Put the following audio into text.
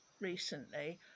recently